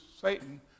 Satan